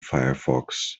firefox